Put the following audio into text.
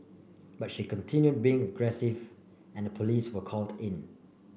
but she continued being aggressive and the police were called in